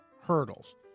hurdles